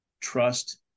trust